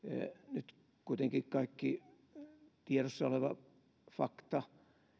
nyt kuitenkin kaikki tiedossa oleva fakta